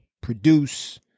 produce